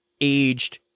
aged